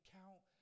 count